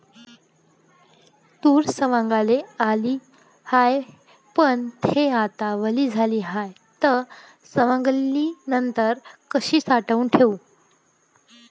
तूर सवंगाले आली हाये, पन थे आता वली झाली हाये, त सवंगनीनंतर कशी साठवून ठेवाव?